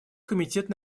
комитет